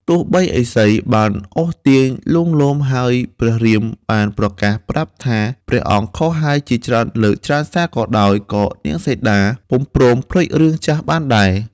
ទោះបីឥសីបានអូសទាញលួងលោមហើយព្រះរាមបានប្រកាសប្រាប់ថាព្រះអង្គខុសហើយជាច្រើនលើកច្រើនសារក៏ដោយក៏នាងសីតាពុំព្រមភ្លេចរឿងចាស់បានដែរ។